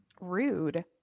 Rude